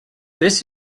this